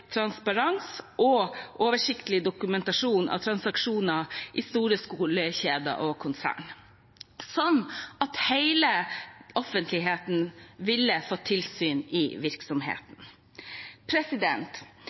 transparens og oversiktlig dokumentasjon av transaksjoner i store skolekjeder og konserner, slik at hele offentligheten kunne fått innsyn i